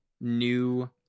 new